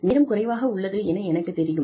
நேரம் குறைவாக உள்ளது என எனக்கு தெரியும்